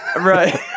Right